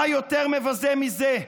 מה יותר מבזה מזה,